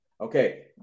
Okay